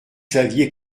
saviez